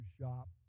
shop